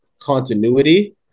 continuity –